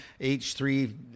H3